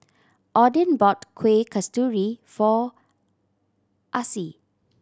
Odin bought Kuih Kasturi for Acie